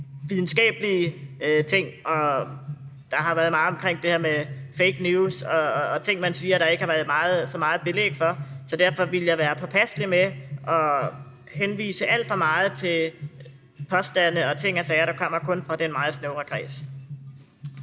videnskabelige ting. Der har været meget omkring det her med fake news og ting, man siger, der ikke har været så meget belæg for, så derfor ville jeg være påpasselig med at henvise alt for meget til påstande og ting og sager, der kommer kun fra den meget snævre kreds.